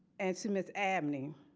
and to miss abney,